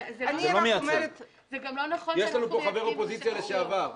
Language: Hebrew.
יש לנו פה חבר אופוזיציה לשעבר.